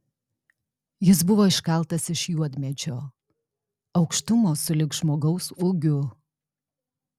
jis buvo iškaltas iš juodmedžio aukštumo sulig žmogaus ūgiu